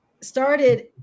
started